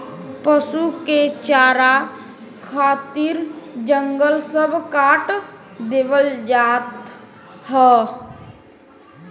पसु के चारा खातिर जंगल सब काट देवल जात हौ